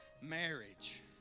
marriage